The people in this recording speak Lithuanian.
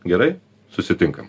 gerai susitinkam